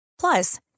Plus